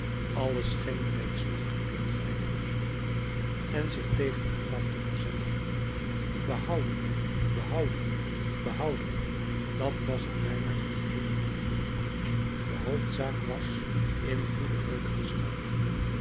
alles scheen reeds lang geleefd te hebben en zich tegen het graf te verzetten behouden behouding behouder dat was er bijna het geheele woordenboek de hoofdzaak was in goeden reuk te staan